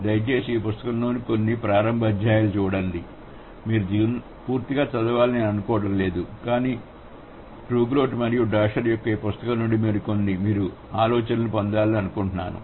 దయచేసి ఈపుస్తకం లో ఉన్న కొన్ని ప్రారంభ అధ్యాయాలుచూడండి మీరు దీన్ని పూర్తిగా చదవాలని నేను అనుకోవడం లేదు కానీ ట్రౌగోట్ మరియు డాషర్ యొక్క ఈ పుస్తకం నుండి మీరు కనీసం కొన్ని ఆలోచనలను పొందాలి అని అనుకుంటున్నాను